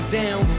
down